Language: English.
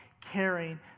caring